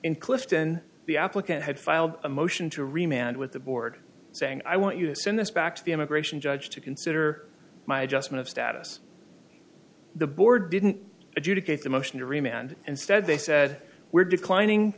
in clifton the applicant had filed a motion to remain with the board saying i want you to send this back to the immigration judge to consider my adjustment of status the board didn't adjudicate the motion to remain and instead they said we're declining